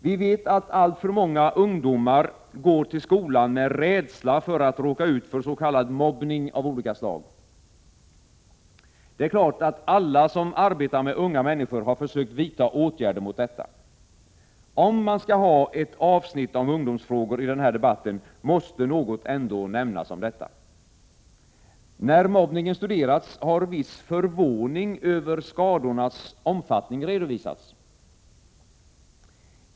Vi vet att alltför många ungdomar går till skolan med rädsla för att råka ut för s.k. mobbning av olika slag. Det är klart att alla som arbetar med unga människor har försökt vidta åtgärder mot detta. Om man skall ha ett avsnitt om ungdomsfrågor i den här debatten, måste något ändå nämnas om saken. När mobbningen studerats, har viss förvåning över skadornas omfattning redovisats.